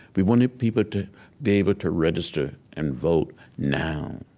we wanted people to be able to register and vote now.